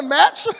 match